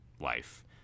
life